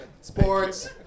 Sports